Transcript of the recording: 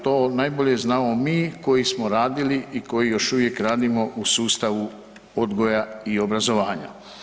To najbolje znamo mi koji smo radili i koji još uvijek radimo u sustavu odgoja i obrazovanja.